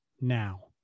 now